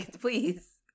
please